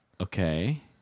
Okay